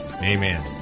Amen